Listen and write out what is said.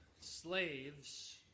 slaves